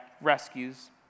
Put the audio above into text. rescues